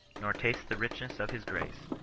nor taste the richness of his grace,